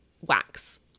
wax